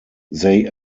they